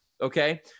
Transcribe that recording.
Okay